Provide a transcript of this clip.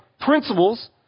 principles